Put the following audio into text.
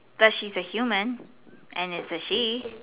but she's a human and it's a she